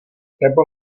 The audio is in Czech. nebo